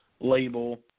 label